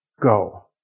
go